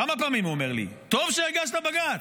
כמה פעמים הוא אמר לי: טוב שהגשת בג"ץ.